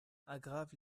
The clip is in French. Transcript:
aggravent